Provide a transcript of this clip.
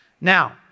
Now